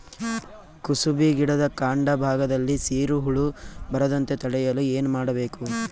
ಕುಸುಬಿ ಗಿಡದ ಕಾಂಡ ಭಾಗದಲ್ಲಿ ಸೀರು ಹುಳು ಬರದಂತೆ ತಡೆಯಲು ಏನ್ ಮಾಡಬೇಕು?